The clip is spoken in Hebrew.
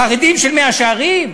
החרדים של מאה-שערים?